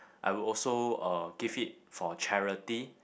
I would also uh give it for charity